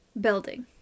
Building